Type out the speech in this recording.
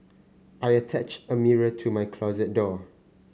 I attached a mirror to my closet door